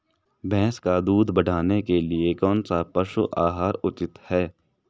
भैंस का दूध बढ़ाने के लिए कौनसा पशु आहार उचित है?